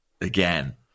again